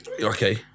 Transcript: okay